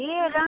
जे रङ्ग